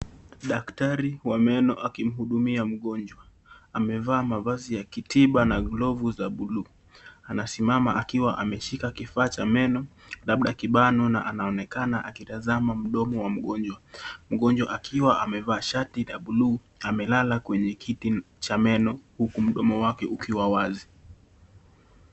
Daktari wa meno akimhudumia mgonjwa. Amevaa mavazi ya kitiba na glovu za bluu. Anasimama akiwa ameshika kifaa cha meno, labda kibano, na anaonekana akitazama mdomo wa mgonjwa. Mgonjwa akiwa amevaa shati la bluu, amelala kwenye kiti cha meno huku mdomo wake ukiwa wazi.